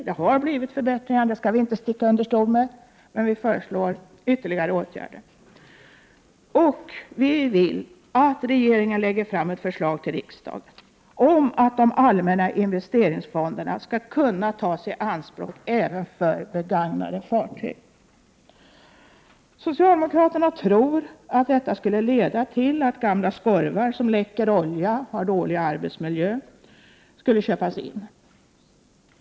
Det har blivit förbättringar — det skall vi inte sticka under stol med — men vi föreslår ytterligare åtgärder. Vi vill att regeringen lägger fram ett förslag till riksdagen om att de allmänna investeringsfonderna skall kunna tas i anspråk även för begagnade fartyg. Socialdemokraterna tror att detta skulle leda till att gamla skorvar, som läcker olja och har dålig arbetsmiljö, köps in.